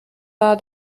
war